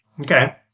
Okay